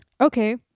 okay